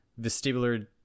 vestibular